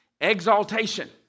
exaltation